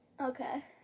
Okay